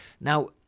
Now